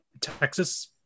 Texas